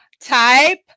type